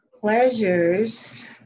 Pleasures